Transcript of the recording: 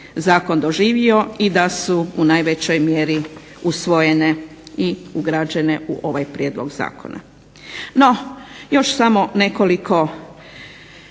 Zakon doživio i da su u najvećoj mjeri usvojene i ugrađene u ovaj Prijedlog zakona. NO, još samo nekoliko